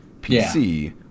PC